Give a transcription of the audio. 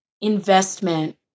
investment